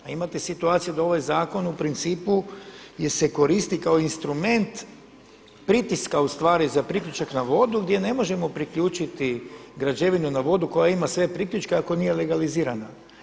A imate situaciju da ovaj zakon u principu se koristi kao instrument pritiska ustvari za priključak na vodu gdje ne možemo priključiti građevinu na vodu koja ima sve priključke ako nije legalizirana.